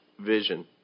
vision